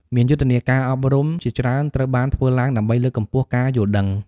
មានយុទ្ធនាការអប់រំជាច្រើនត្រូវបានធ្វើឡើងដើម្បីលើកកម្ពស់ការយល់ដឹង។